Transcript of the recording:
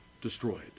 destroyed